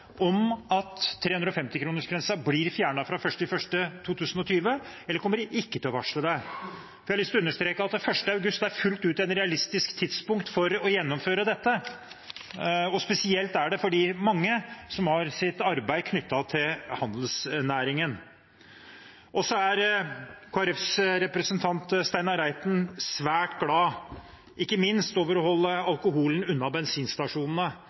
om at 350-kronersgrensen blir fjernet fra 1. januar 2020 – eller kommer de ikke til å varsle det? Jeg har lyst til å understreke at 1. august er et fullt ut realistisk tidspunkt for å gjennomføre dette. Spesielt er det det for de mange som har sitt arbeid knyttet til handelsnæringen. Kristelig Folkepartis representant Steinar Reiten er svært glad, ikke minst for å holde alkoholen unna bensinstasjonene.